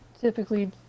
typically